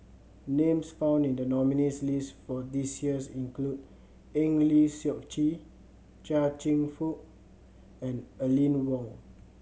names found in the nominees' list for this years include Eng Lee Seok Chee Chia Cheong Fook and Aline Wong